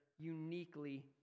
uniquely